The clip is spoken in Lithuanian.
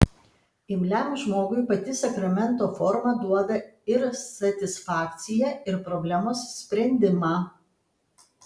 imliam žmogui pati sakramento forma duoda ir satisfakciją ir problemos sprendimą